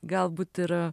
galbūt ir